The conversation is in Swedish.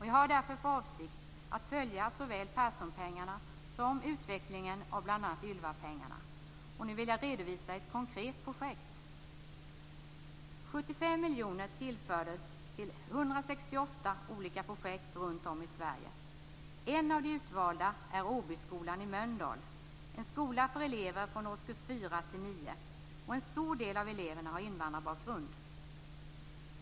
Jag har därför för avsikt att följa såväl Perssonpengarna som utvecklingen av bl.a. Ylvapengarna. Nu vill jag redovisa ett konkret projekt. Sverige. En utvald skola är Åbyskolan i Mölndal, en skola för elever från årskurs 4 till 9. En stor del av eleverna har invandrarbakgrund.